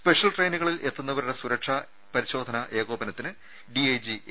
special ട്രെയിനുകളിൽ എത്തുന്നവരുടെ സുരക്ഷാ പരിശോധനാ ഏകോപനത്തിന് ഡിഐജി എ